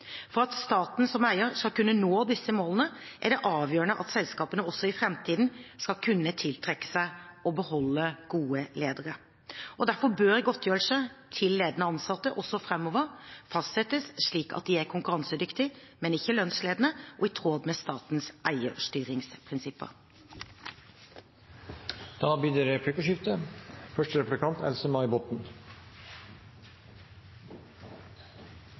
For at staten som eier skal kunne nå disse målene, er det avgjørende at selskapene også i framtiden skal kunne tiltrekke seg og beholde gode ledere. Derfor bør godtgjørelser til ledende ansatte også framover fastsettes slik at de er konkurransedyktige, men ikke lønnsledende, og i tråd med statens eierstyringsprinsipper. Det blir replikkordskifte.